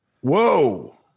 Whoa